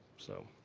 so